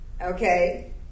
Okay